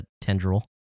tendril